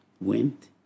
went